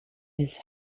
his